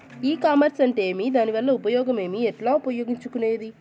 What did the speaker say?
ఈ కామర్స్ అంటే ఏమి దానివల్ల ఉపయోగం ఏమి, ఎట్లా ఉపయోగించుకునేది?